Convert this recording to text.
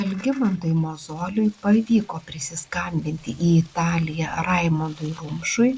algimantui mozoliui pavyko prisiskambinti į italiją raimondui rumšui